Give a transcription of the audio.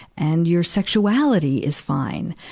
and your sexuality is fine.